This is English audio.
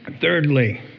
Thirdly